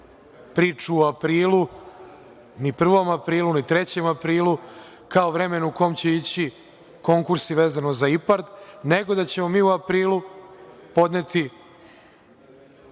priču o aprilu, ni 1. aprilu, ni 3. aprilu, kao vremenu u kom će ići konkursi vezano za IPARD, nego da ćemo mi u aprilu podneti